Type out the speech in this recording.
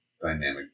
Dynamic